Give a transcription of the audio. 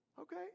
Okay